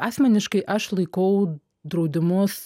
asmeniškai aš laikau draudimus